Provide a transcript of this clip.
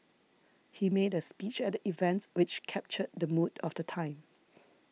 he made a speech at the event which captured the mood of the time